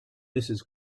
mrs